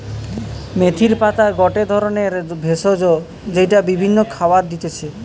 মেথির পাতা গটে ধরণের ভেষজ যেইটা বিভিন্ন খাবারে দিতেছি